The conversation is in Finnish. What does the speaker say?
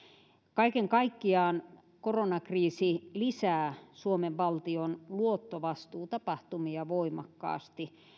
kaiken kaikkiaan koronakriisi lisää suomen valtion luottovastuutapahtumia voimakkaasti